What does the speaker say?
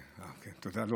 תודה.